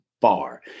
far